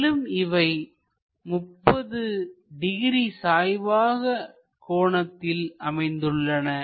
மேலும் இவை 30 டிகிரி சாய்வான கோணத்தில் அமைந்துள்ளன